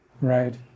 Right